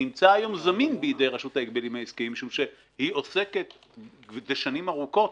נמצא היום זמין בידי רשות ההגבלים העסקיים משום שהיא עוסקת שנים ארוכות